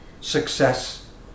success